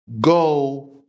go